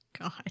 God